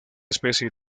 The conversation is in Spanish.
especie